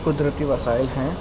قدرتی وسائل ہیں